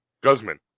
Guzman